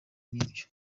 n’ibyo